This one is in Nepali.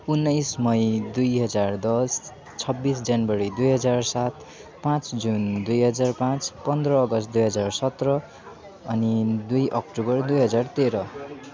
उन्नाइस मई दुई हजार दस छब्बिस जनवरी दुई हजार सात पाँच जुन दुई हजार पाँच पन्ध्र अगस्त दुई हजार सत्र अनि दुई अक्टोबर दुई हजार तेह्र